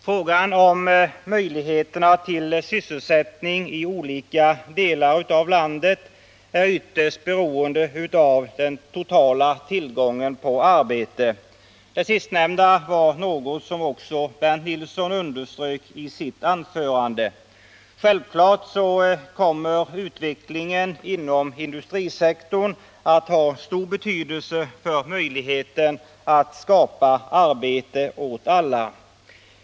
Frågan om möjligheterna till sysselsättning i olika delar av landet är ytterst beroende av den totala tillgången på arbete. Det sistnämnda var något som också Bernt Nilsson underströk i sitt anförande. Självklart kommer utvecklingen inom industrisektorn att ha stor betydelse för möjligheten att skapa arbete åt alla.